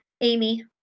Amy